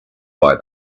buy